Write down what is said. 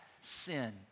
sin